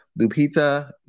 Lupita